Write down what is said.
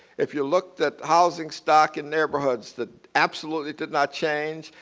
if you looked at housing stock in neighborhoods that absolutely did not change,